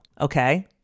Okay